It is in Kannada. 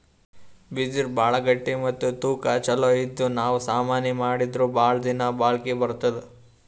ಬಿದಿರ್ ಭಾಳ್ ಗಟ್ಟಿ ಮತ್ತ್ ತೂಕಾ ಛಲೋ ಇದ್ದು ನಾವ್ ಸಾಮಾನಿ ಮಾಡಿದ್ರು ಭಾಳ್ ದಿನಾ ಬಾಳ್ಕಿ ಬರ್ತದ್